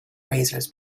razors